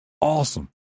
awesome